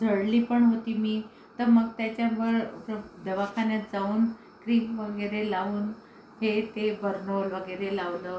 जळलीपण होती मी तर मग त्याच्यावर द दवाखान्यात जाऊन क्रीम वगैरे लावून हे ते बर्नोल वगैरे लावलं